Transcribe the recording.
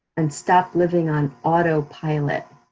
and stop living on autopilot.